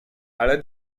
ale